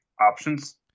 options